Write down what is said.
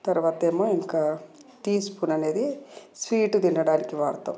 తర్వాత ఏమో ఇంకా టీ స్పూన్ అనేది స్వీట్ తినడానికి వాడుతాం